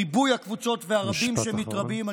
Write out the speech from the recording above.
ריבוי הקבוצות והרבים שמתרבים, משפט אחרון.